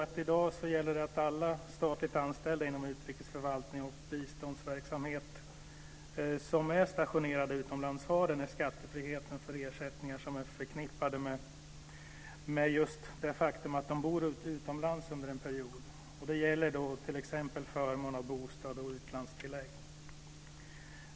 I dag gäller att alla statligt anställda inom utrikesförvaltning och biståndsverksamhet som är stationerade utomlands har skattefrihet för ersättningar som är förknippade med just det faktum att de bor utomlands under en period. Det gäller t.ex. förmån av bostad och utlandstillägg.